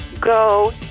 Go